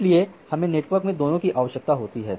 इसलिए हमें नेटवर्क में दोनों की आवश्यकता होती है